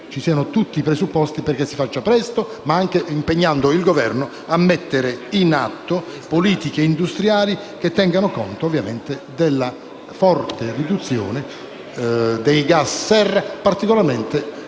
vi siano tutti i presupposti perché si faccia presto ma anche impegnando il Governo a mettere in atto politiche industriali che tengano conto, ovviamente, della necessità di una forte riduzione dei gas serra, il tutto